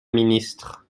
ministre